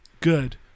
good